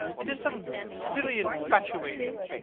it is some silly infatuation.